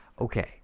Okay